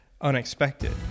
unexpected